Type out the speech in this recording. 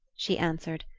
she answered,